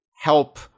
help